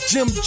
Jim